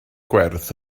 gwerth